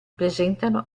presentano